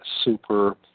super